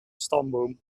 stamboom